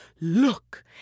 Look